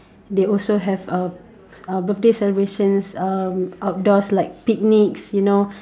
they also have uh uh birthday celebrations uh outdoors like picnics you know